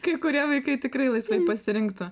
kai kurie vaikai tikrai laisvai pasirinktų